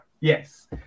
yes